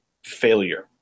failure